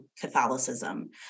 Catholicism